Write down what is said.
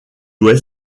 ouest